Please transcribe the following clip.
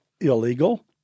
illegal